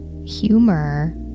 Humor